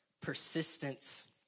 persistence